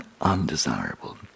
undesirable